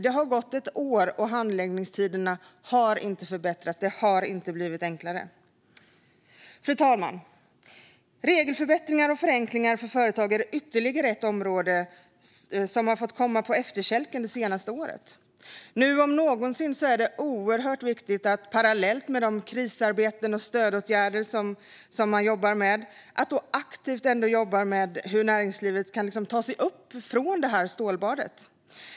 Det har gått ett år, och handläggningstiderna har inte förbättrats och hanteringen har inte blivit enklare. Fru talman! Regelförbättringar och regelförenklingar för företag är ytterligare ett område som har kommit på efterkälken det senaste året. Nu om någonsin är det oerhört viktigt att parallellt med krisarbeten och stödåtgärder aktivt se på hur näringslivet kan ta sig ur stålbadet.